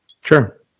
Sure